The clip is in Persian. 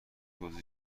بزرگی